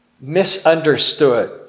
misunderstood